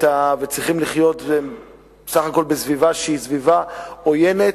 וצריכים לחיות בסך הכול בסביבה שהיא סביבה עוינת,